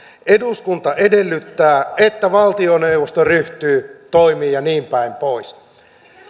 eduskunta edellyttää että valtioneuvosto ryhtyy toimiin ja niinpäin pois